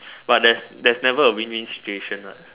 but there's there's never a win win situation what